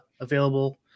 available